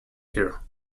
here